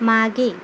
मागे